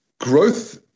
Growth